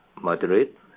moderate